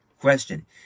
Question